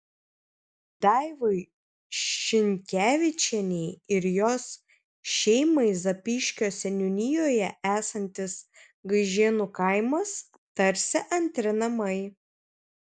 daivai šinkevičienei ir jos šeimai zapyškio seniūnijoje esantis gaižėnų kaimas tarsi antri namai